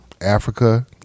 Africa